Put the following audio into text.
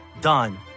done